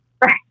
Right